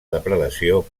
depredació